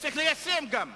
שצריך ליישם, גם.